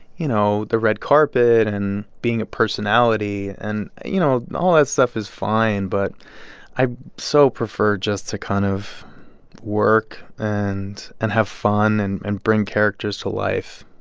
you know, the red carpet and being a personality. and, you know, all that stuff is fine, but i so prefer just to kind of work and and have fun and and bring characters to life,